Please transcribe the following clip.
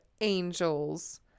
angels